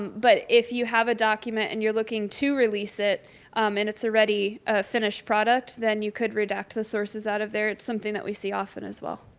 but if you have a document and you're looking to release it um and it's already a finished product, then you could redact the sources out of there. it's something that we see often as well.